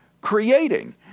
creating